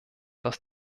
dass